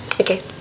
Okay